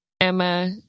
Emma